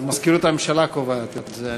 מזכירות הממשלה קובעת את זה.